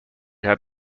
had